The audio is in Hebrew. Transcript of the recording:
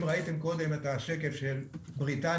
אם ראיתם קודם את השקף של בריטניה,